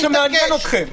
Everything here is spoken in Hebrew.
וזה כל מה שמעניין אתכם.